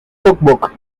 cookbook